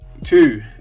Two